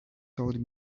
told